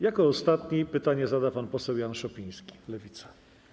Jako ostatni pytanie zada pan poseł Jan Szopiński, Lewica.